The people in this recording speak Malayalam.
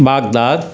ബാഗ്ദാദ്